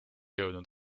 jõudnud